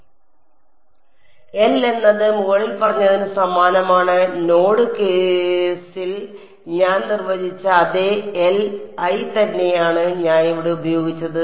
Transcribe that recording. L എന്നത് മുകളിൽ പറഞ്ഞതിന് സമാനമാണ് നോഡ് കേസിൽ ഞാൻ നിർവചിച്ച അതേ L i തന്നെയാണ് ഞാൻ ഇവിടെ ഉപയോഗിച്ചത്